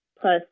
plus